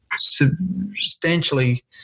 substantially